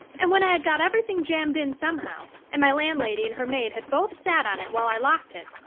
and when i had got everything jammed in somehow, and my landlady and her maid had both sat on it while i locked it,